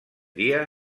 dia